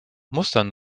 mustern